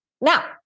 now